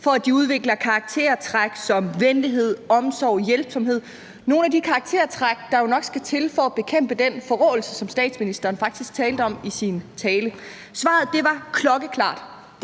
og udvikler karaktertræk som venlighed, omsorg og hjælpsomhed, nogle af de karaktertræk, der jo nok skal til for at bekæmpe den forråelse, som statsministeren faktisk talte om i sin tale. Svaret var klokkeklart: